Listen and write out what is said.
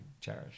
cherish